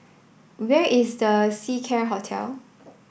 where is The Seacare Hotel